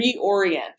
reorient